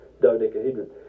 dodecahedron